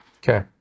Okay